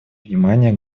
внимание